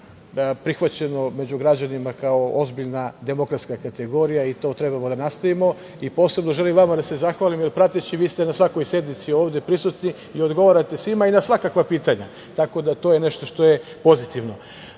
prihvaćeno među građanima kao ozbiljna demokratska kategorija i to trebamo da nastavimo. Posebno želim vama da se zahvalim, jer prateći, vi ste na svakoj sednici ovde prisutni, odgovarate svima i na svakakva pitanja. Tako da, to je nešto što je pozitivno. Smatram